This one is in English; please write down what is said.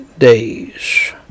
days